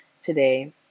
today